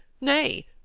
nay